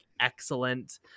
excellent